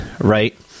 right